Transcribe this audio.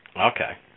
Okay